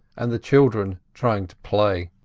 and the children trying to play.